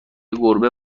گربه